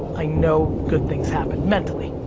i know good things happen, mentally,